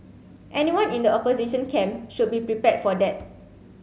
anyone in the opposition camp should be prepared for that